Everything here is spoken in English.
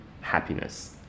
happiness